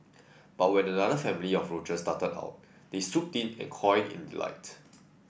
but when another family of roaches darted out they swooped in cawing in delight